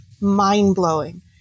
mind-blowing